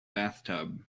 bathtub